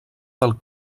del